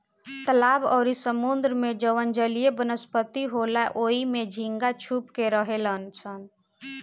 तालाब अउरी समुंद्र में जवन जलीय वनस्पति होला ओइमे झींगा छुप के रहेलसन